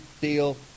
deal